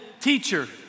teacher